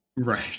Right